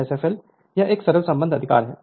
Sfl यह एक सरल संबंध अधिकार है